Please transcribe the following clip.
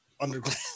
underground